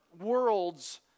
worlds